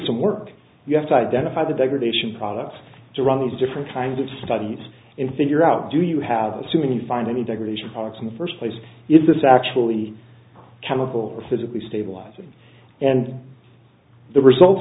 some work you have to identify the degradation products to run these different kind of studies and figure out do you have assuming you find any degradation products in the first place is this actually chemical or physically stabilizing and the results